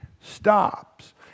stops